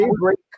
break